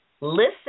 listen